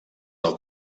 del